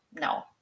No